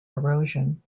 erosion